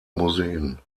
museen